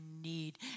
need